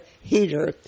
Heater